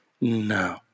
No